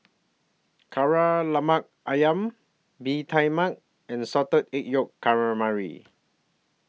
Kari Lemak Ayam Bee Tai Mak and Salted Egg Yolk Calamari